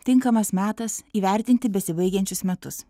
tinkamas metas įvertinti besibaigiančius metus